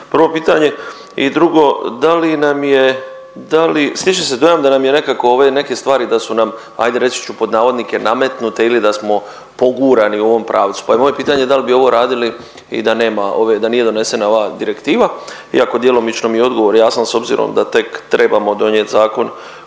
Prvo pitanje. I drugo, da li nam je, stiče se dojam da nam je nekako ove neke stvari da su nam hajde reći ću pod navodnike nametnute ili da smo pogurani u ovom pravcu, pa je moje pitanje da li bi ovo radili i da nema ove, da nije donesena ova direktiva iako djelomično mi je odgovor jasan s obzirom da tek trebamo donijeti zakon